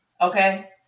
okay